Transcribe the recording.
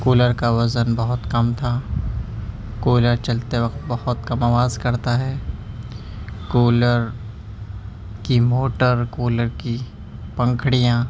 cooler کا وزن بہت کم تھا کولر چلتے وقت بہت کم آواز کرتا ہے کولر کی موٹر کولر کی پنکھڑیاں